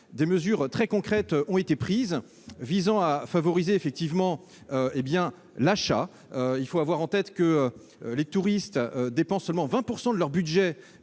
des mesures très concrètes ont été prises, pour favoriser l'achat. Il faut avoir en tête que les touristes dépensent seulement 20 % de leur budget